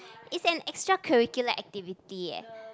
it's an extracurricular activity eh